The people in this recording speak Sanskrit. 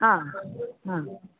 हा हा